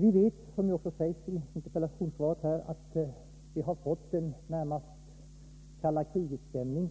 Vi vet, som också sägs i interpellationssvaret, att vi nästan har fått en stämning av det kalla kriget